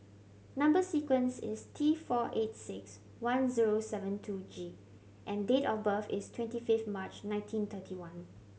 number sequence is T four eight six one zero seven two G and date of birth is twenty fifth March nineteen thirty one